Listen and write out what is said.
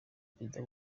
perezida